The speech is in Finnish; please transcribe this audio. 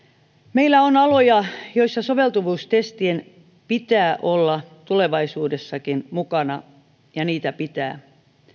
meillä on aloja joilla soveltuvuustestien pitää olla tulevaisuudessakin mukana